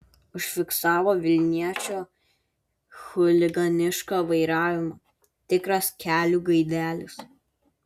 užfiksavo vilniečio chuliganišką vairavimą tikras kelių gaidelis